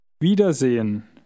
wiedersehen